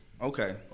Okay